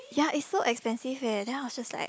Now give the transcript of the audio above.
ya it's so expensive eh then I was just like